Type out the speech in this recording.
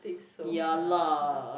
I think so ah